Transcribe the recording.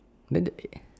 then the eh eh